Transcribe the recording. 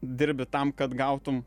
dirbi tam kad gautum